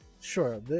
sure